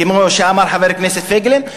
כמו שאמר חבר הכנסת פייגלין,